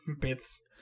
bits